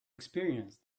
experience